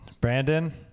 Brandon